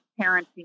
parenting